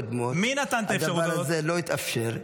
אני חושב שבממשלות קודמות הדבר הזה לא התאפשר.